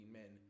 men